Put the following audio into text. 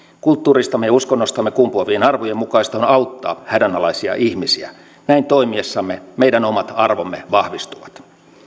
kulttuuristamme ja uskonnostamme kumpuavien arvojen mukaista on auttaa hädänalaisia ihmisiä näin toimiessamme meidän omat arvomme vahvistuvat